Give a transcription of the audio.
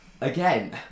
Again